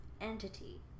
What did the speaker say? entity